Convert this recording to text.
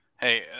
Hey